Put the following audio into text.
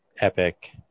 epic